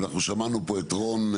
אנחנו שמענו פה את רון,